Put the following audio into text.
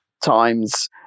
times